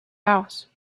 house